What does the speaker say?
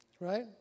Right